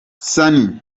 sunny